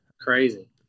Crazy